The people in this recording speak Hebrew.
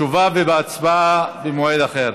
תשובה והצבעה במועד אחר.